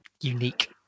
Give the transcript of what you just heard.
unique